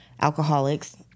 alcoholics